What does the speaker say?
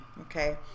okay